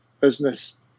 business